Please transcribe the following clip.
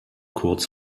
kurz